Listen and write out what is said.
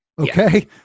Okay